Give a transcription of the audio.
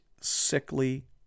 sickly